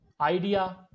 idea